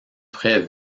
très